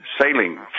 sailing